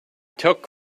took